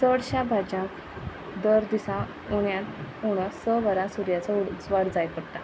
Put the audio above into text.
चडश्या भाज्यांक दर दिसा उण्यांत उणे स वरां सुर्याचो उजवाड जायत पडटा